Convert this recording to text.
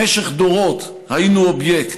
במשך דורות היינו אובייקט,